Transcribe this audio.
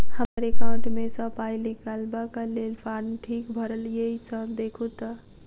हम्मर एकाउंट मे सऽ पाई निकालबाक लेल फार्म ठीक भरल येई सँ देखू तऽ?